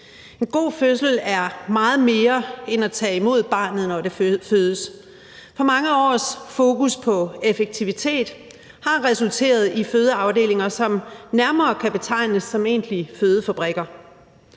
En god fødsel er meget mere end at tage imod barnet, når det fødes. For mange års fokus på effektivitet har resulteret i fødeafdelinger, som nærmere kan betegnes som egentlige fødefabrikker.